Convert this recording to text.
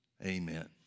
Amen